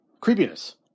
creepiness